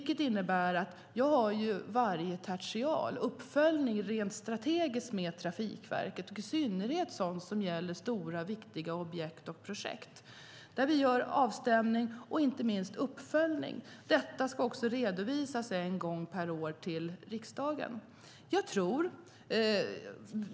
Det innebär att jag varje tertial rent strategiskt genomför en uppföljning med Trafikverket, i synnerhet när det gäller stora och viktiga objekt och projekt. Vi gör avstämningar och inte minst uppföljningar. Detta ska också redovisas en gång per år till riksdagen.